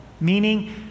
meaning